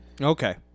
Okay